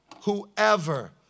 Whoever